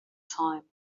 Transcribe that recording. time